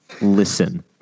listen